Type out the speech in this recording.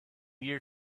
year